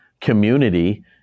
community